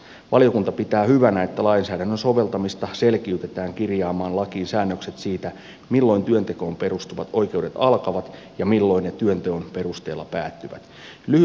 valiokunta pitää hyvänä että lainsäädännön soveltamista selkeytetään kirjaamalla lakiin säännökset siitä milloin työntekoon perustuvat oikeudet alkavat ja milloin ne työnteon perusteella päättyvät